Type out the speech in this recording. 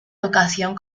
educación